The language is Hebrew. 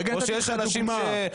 כרגע נתתי לך דוגמה.